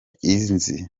izi